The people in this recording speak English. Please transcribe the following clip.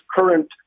current